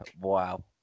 Wow